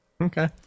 Okay